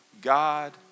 God